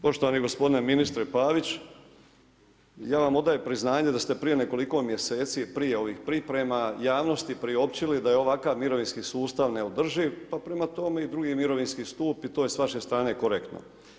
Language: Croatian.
Poštovani gospodine ministre Pavić, ja vam odajem priznanje da ste prije nekoliko mjeseci prije ovih priprema javnosti priopćili da je ovakav mirovinski sustav neodrživ, pa prema tome i drugi mirovinski stup i to je s vaše strane korektno.